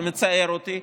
זה מצער אותי,